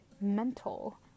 mental